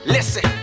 Listen